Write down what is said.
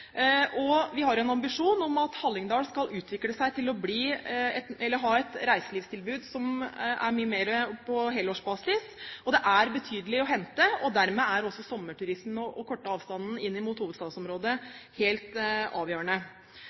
Vi har en ambisjon om at Hallingdal skal utvikle seg til å ha et reiselivstilbud som er mye mer på helårsbasis – det er betydelig å hente – og dermed er sommerturismen og den korte avstanden inn mot hovedstadsområdet helt avgjørende.